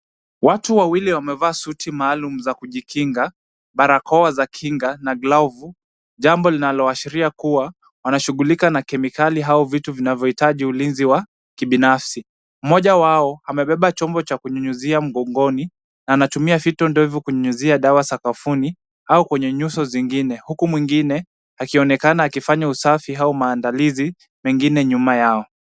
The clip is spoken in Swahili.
Watu wawili wamevaa suti maalum za kujikinga, barakoa za kinga na glavu, jambo linalowashiria kuwa wanashughulika na kemikali au vitu vinavyohitaji ulinzi wa kibinafsi. Mmoja wao amebeba chombo za kunyunyuzia mgongoni na anatumia vitu ndefu kunyunyuzia dawa sakafuni au kwenye nyuso zingine, huku mwingine akionekana akifanya usafi au mandalizi mengine nyuma yao.